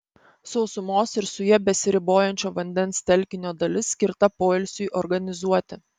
sausumos ir su ja besiribojančio vandens telkinio dalis skirta poilsiui organizuoti